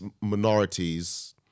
minorities